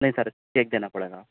نہیں sir check دینا پڑے گا آپ کو